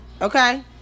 Okay